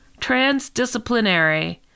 transdisciplinary